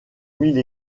mille